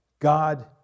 God